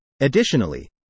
Additionally